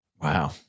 Wow